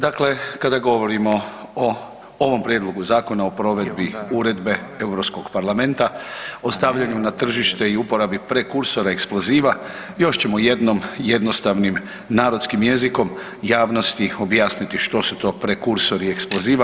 Dakle, kada govorimo o ovom prijedlogu Zakona o provedbi Uredbe Europskog parlamenta o stavljanju na tržište i uporabi prekursora eksploziva još ćemo jednom jednostavnim narodskim jezikom javnosti objasniti što su to prekursori eksploziva.